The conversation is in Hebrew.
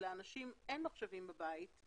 אבל לאנשים אין מחשבים בבית,